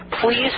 please